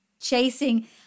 chasing